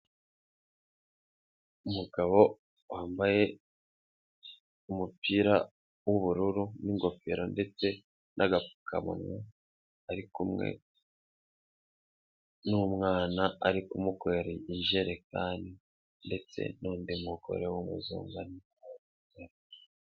Umugabo wambaye umupira w'ubururu n'ingofero ndetse n'agapfukamunwa, ari kumwe n'umwana ari kumukorera injerekani ndetse nundi mugore w'umuzungu.